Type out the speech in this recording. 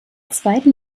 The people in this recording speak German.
zweiten